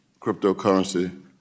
cryptocurrency